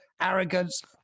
arrogance